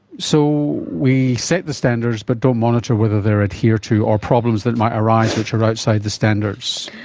so we set the standards but don't monitor whether they are adhered to or problems that might arise which are outside the standards.